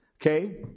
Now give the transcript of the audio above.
Okay